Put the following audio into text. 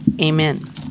Amen